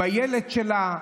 עם הילד שלה.